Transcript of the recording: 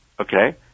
Okay